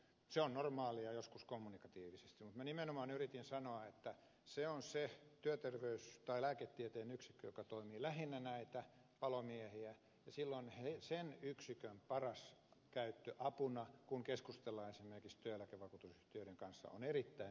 se on normaalia joskus kommunikatiivisesti mutta minä nimenomaan yritin sanoa että työterveyshuolto on se lääketieteen yksikkö joka toimii lähinnä näitä palomiehiä ja silloin sen yksikön käyttö apuna kun keskustellaan esimerkiksi työeläkevakuutusyhtiöiden kanssa on erittäin hyvä keino